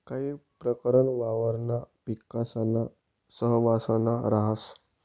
काही प्रकरण वावरणा पिकासाना सहवांसमा राहस